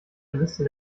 liste